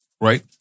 right